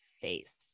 face